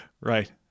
Right